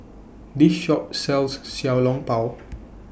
This Shop sells Xiao Long Bao